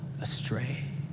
astray